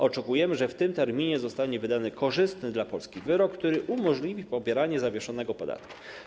Oczekujemy, że do tego czasu zostanie wydany korzystny dla Polski wyrok, który umożliwi pobieranie zawieszonego podatku.